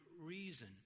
reason